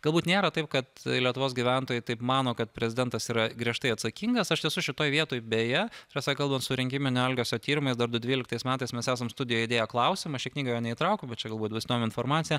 galbūt nėra taip kad lietuvos gyventojai taip mano kad prezidentas yra griežtai atsakingas aš esu šitoj vietoj beje ta prasme kalbant su rinkiminio elgesio tyrimas dar du dvyliktais metais mes esam studijoje įdėję klausimą aš į knygą neįtraukiau bet čia galbūt bus nauja informacija